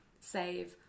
save